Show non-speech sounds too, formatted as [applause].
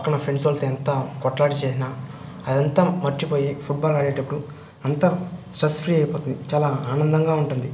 పక్కన ఫ్రెండ్స్ వాళ్లతో ఎంత కొట్లాట చేసినా అదంతా మర్చిపోయి ఫుట్బాల్ ఆడేటప్పుడు అంతా స్ట్రెస్ ఫ్రీ అయిపో [unintelligible] చాలా ఆనందంగా ఉంటుంది